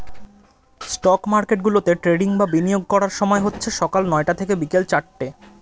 stock মার্কেটগুলোতে trading বা বিনিয়োগ করার সময় হচ্ছে সকাল নয়টা থেকে বিকেল চারটে